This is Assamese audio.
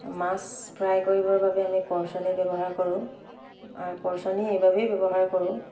মাছ ফ্ৰাই কৰিবৰ বাবে আমি কৰছনী ব্যৱহাৰ কৰোঁ আৰু কৰছনী এইবাবেই ব্যৱহাৰ কৰোঁ